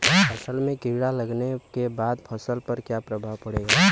असल में कीड़ा लगने के बाद फसल पर क्या प्रभाव पड़ेगा?